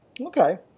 Okay